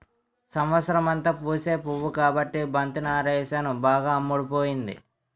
సంవత్సరమంతా పూసే పువ్వు కాబట్టి బంతి నారేసాను బాగా అమ్ముడుపోతుంది